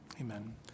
amen